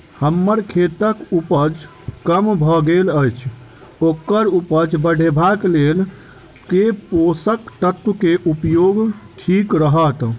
हम्मर खेतक उपज कम भऽ गेल अछि ओकर उपज बढ़ेबाक लेल केँ पोसक तत्व केँ उपयोग ठीक रहत?